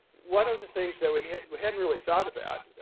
one of the things that we hasn't really thought about,